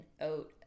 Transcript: oat